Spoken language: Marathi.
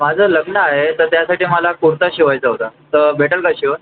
माझं लग्न आहे तर त्यासाठी मला कुर्ता शिवायचा होता तर भेटेल का शिवून